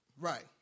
Right